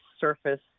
surface